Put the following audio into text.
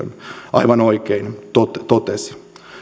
aivan oikein totesi